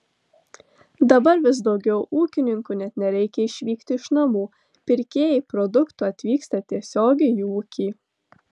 dabar vis daugiau ūkininkų net nereikia išvykti iš namų pirkėjai produktų atvyksta tiesiog į ūkį